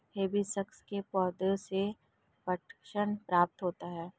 hibiscus के पौधे से पटसन प्राप्त होता है